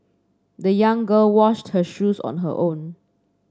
the young girl washed her shoes on her own